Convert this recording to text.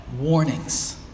warnings